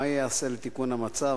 2. מה ייעשה לתיקון המצב?